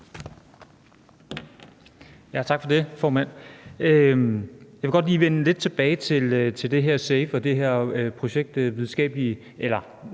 Tak for det, formand. Jeg vil godt lige vende lidt tilbage til det her SAVE, altså til noget, der ligner